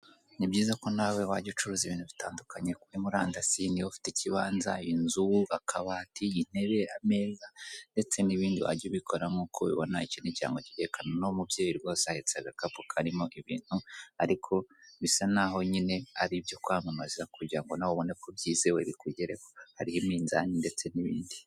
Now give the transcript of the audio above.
Ni byiza ko nawe wajya ucuruza ibintu bitandukanye kuri murandasi, niba ufite ikibanza, inzu, akabati, intebe, ameza ndetse n'ibindi wajya ubikora nk'uko ubibona iki ni ikirango kibyerekana, uno mubyeyi rwose ahetse agakapu karimo ibintu, ariko bisa n'aho nyine ari ibyo kwamamaza kugira ngo nawe ubone ko byizewe bikugereho, hariho iminzani ndetse n'ibindi.